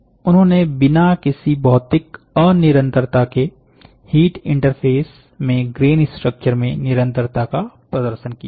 उन्होंने बिना किसी भौतिक अनिरंतरता के हीट इंटरफ़ेस में ग्रेन स्ट्रक्चर में निरंतरता का प्रदर्शन किया है